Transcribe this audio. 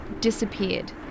disappeared